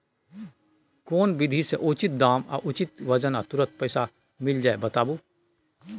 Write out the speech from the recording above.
केना विधी से उचित दाम आ उचित वजन आ तुरंत पैसा मिल जाय बताबू?